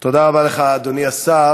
תודה רבה לך, אדוני השר.